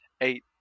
eight